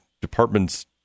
department's